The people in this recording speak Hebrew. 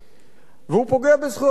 והוא פוגע בזכויות העובדים.